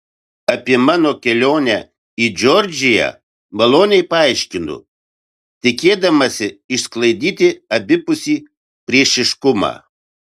apie mano kelionę į džordžiją maloniai paaiškinu tikėdamasi išsklaidyti abipusį priešiškumą